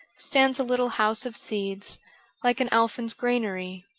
stands a little house of seeds like an elfin's granary.